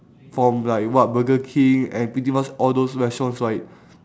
from like what burger king and pretty much all those restaurants right